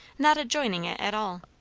not adjoining it at all.